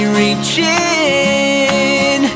reaching